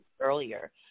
earlier